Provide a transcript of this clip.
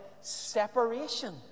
separation